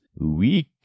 weak